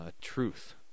truth